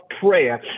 prayer